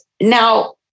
now